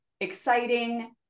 exciting